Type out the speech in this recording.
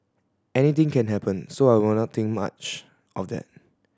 anything can happen so I will not think much of that